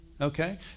Okay